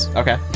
okay